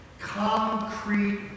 Concrete